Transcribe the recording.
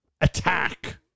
attack